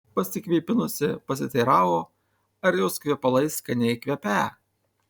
pasikvėpinusi pasiteiravo ar jos kvepalai skaniai kvepią